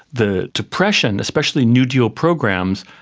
the depression, especially new deal programs,